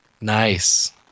Nice